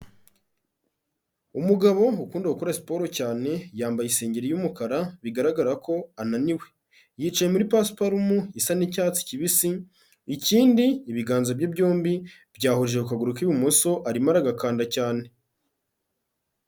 Umugabo ukunda gukora siporo cyane yambaye isengeri y'umukara bigaragara ko ananiwe, yicaye muri pasiparumu isa n'icyatsi kibisi ikindi ibiganza bye byombi byahurije ku kaguru k'ibumoso arimo aragakanda cyane.